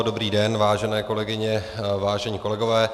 Dobrý den, vážené kolegyně, vážení kolegové.